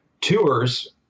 Tours